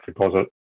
deposit